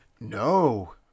No